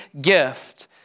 gift